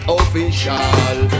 official